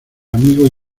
amigos